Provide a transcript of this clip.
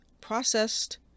processed